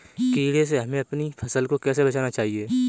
कीड़े से हमें अपनी फसल को कैसे बचाना चाहिए?